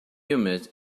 humid